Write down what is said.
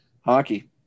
Hockey